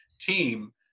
team